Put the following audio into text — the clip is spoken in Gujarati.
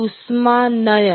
ઉષ્માનયન